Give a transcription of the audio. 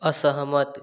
असहमत